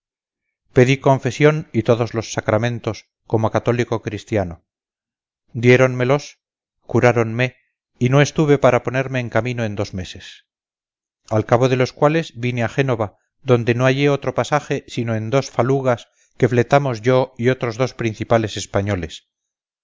pedí confesión y todos los sacramentos como cathólico christiano diéronmelos curáronme y no estuve para ponerme en camino en dos meses al cabo de los cuales vine a génova donde no hallé otro pasaje sino en dos falugas que fletamos yo y otros dos principales españoles